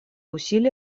усилия